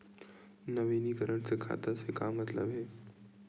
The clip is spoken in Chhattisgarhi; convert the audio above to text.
नवीनीकरण से खाता से का मतलब हे?